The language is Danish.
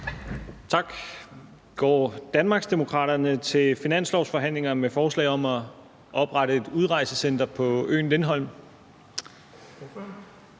Tak. Går Danmarksdemokraterne til finanslovsforhandlingerne med et forslag om at oprette et udrejsecenter på øen Lindholm?